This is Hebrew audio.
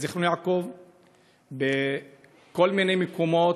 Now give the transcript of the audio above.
בזיכרון-יעקב ובכל מיני מקומות.